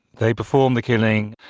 they perform the killing,